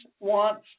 wants